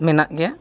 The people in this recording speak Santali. ᱢᱮᱱᱟᱜ ᱜᱮᱭᱟ